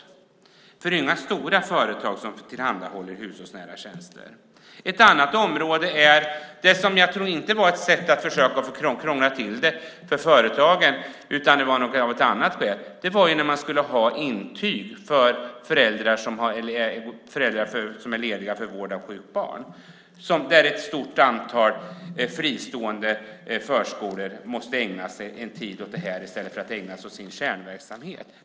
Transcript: Det är ju inga stora företag som tillhandahåller hushållsnära tjänster. Ett annat område är det här med intyg från föräldrar som är lediga för vård av sjukt barn. Jag tror inte att det var ett sätt att försöka krångla till det för företagen, utan man införde det av ett annat skäl. Ett stort antal fristående förskolor måste ägna sin tid åt det här i stället för att ägna sig åt sin kärnverksamhet.